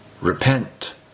repent